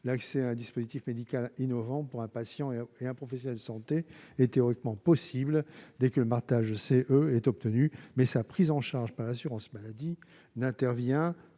L'accès à un dispositif médical innovant pour un patient et un professionnel de santé est théoriquement possible dès que le marquage CE est obtenu. Mais sa prise en charge par l'assurance maladie n'intervient